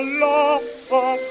love